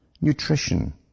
nutrition